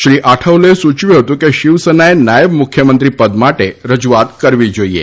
શ્રી આઠવલેએ સૂચવ્યું હતું કે શિવસેનાએ નાયબ મુખ્યમંત્રી પદ માટે રજૂઆત કરવી જોઇએ